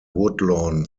woodlawn